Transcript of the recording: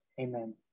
Amen